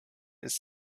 ist